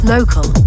Local